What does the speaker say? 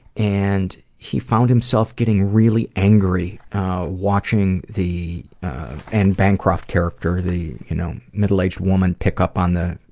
and he found himself getting really angry watching the anne bancroft character, the you know middle-aged woman, pick up on the